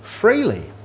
freely